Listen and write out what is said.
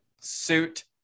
suit